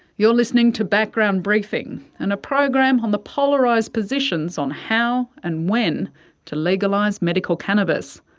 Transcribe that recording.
you're listening to background briefing, and a program on the polarised positions on how and when to legalise medical cannabis.